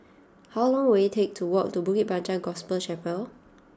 how long will it take to walk to Bukit Panjang Gospel Chapel